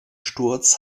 sturz